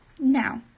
Now